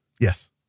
Yes